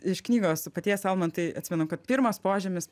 iš knygos paties almantai atsimenu kad pirmas požymis